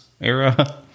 era